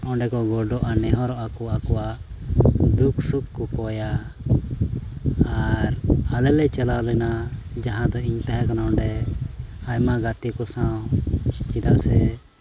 ᱚᱸᱰᱮ ᱠᱚ ᱜᱚᱰᱚᱜ ᱱᱮᱦᱚᱨᱚᱜᱼᱟ ᱠᱚ ᱟᱠᱚᱣᱟᱜ ᱫᱩᱠ ᱥᱩᱠ ᱠᱚ ᱠᱚᱭᱟ ᱟᱨ ᱟᱞᱮ ᱞᱮ ᱪᱟᱞᱟᱣ ᱞᱮᱱᱟ ᱡᱟᱦᱟᱸ ᱫᱚ ᱤᱧ ᱛᱟᱦᱮᱸ ᱠᱟᱱᱟ ᱚᱸᱰᱮ ᱟᱭᱢᱟ ᱜᱟᱛᱮ ᱠᱚ ᱥᱟᱶ ᱪᱮᱫᱟᱜ ᱥᱮ